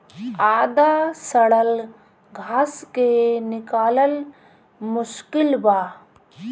आधा सड़ल घास के निकालल मुश्किल बा